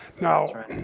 Now